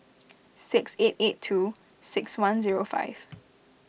six eight eight two six one zero five